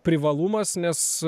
privalumas nes